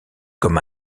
comme